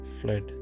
fled